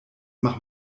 mach